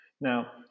Now